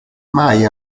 mai